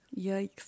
yikes